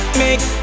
make